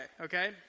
okay